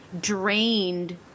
drained